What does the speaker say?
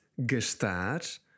gastar